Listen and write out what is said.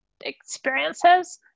experiences